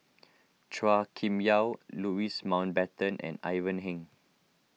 Chua Kim Yeow Louis Mountbatten and Ivan Heng